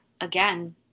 again